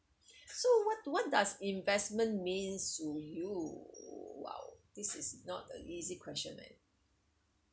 so what do what does investment mean to you !wow! this is not an easy question eh